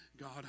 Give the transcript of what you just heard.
God